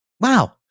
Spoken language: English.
Wow